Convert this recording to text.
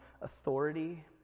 authority